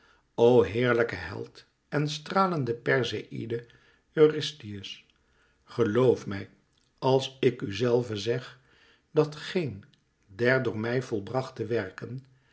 o heerlijke held en stralende perseïde eurystheus geloof mij als ik u zelve zeg dat geén der door mij volbrachte werken